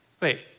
Wait